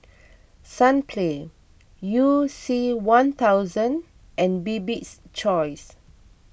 Sunplay You C one thousand and Bibik's Choice